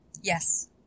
Yes